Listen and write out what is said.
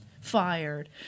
fired